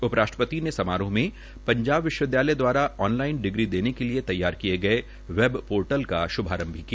उप राष्ट्रपति ने समारोह में पंजाब विश्वविद्यालय द्वारा ऑनलाईन डिग्री देने के लिए तैयार किए गए वैब पोर्टल का शुभारंभ भी किया